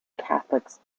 catholics